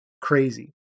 crazy